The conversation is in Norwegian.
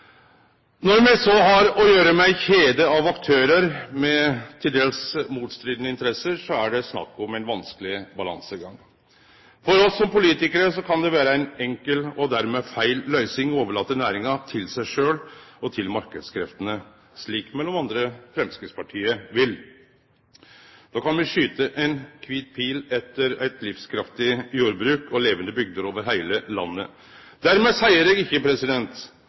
Når me så har å gjere med ei kjede av aktørar, med til dels motstridande interesser, er det snakk om ein vanskeleg balansegang. For oss som politikarar kan det vere ei enkel og dermed feil løysing å overlate næringa til seg sjølv og til marknadskreftene, slik m.a. Framstegspartiet vil. Då kan me skyte ein kvit pinn etter eit livskraftig jordbruk og levande bygder over heile landet. Dermed seier eg ikkje